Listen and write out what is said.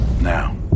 Now